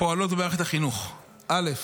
הפועלות במערכת החינוך: א.